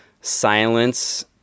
silence